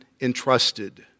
entrusted